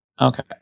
Okay